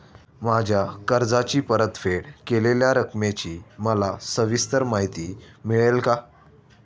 माझ्या कर्जाची परतफेड केलेल्या रकमेची मला सविस्तर माहिती मिळेल का?